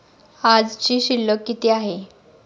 आजची शिल्लक किती आहे?